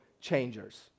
changers